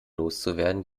loszuwerden